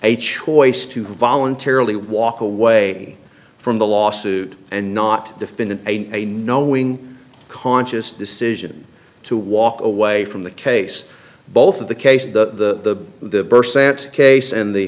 a choice to voluntarily walk away from the lawsuit and not defendant a knowing conscious decision to walk away from the case both of the case and the case in the